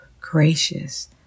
gracious